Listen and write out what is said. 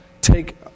take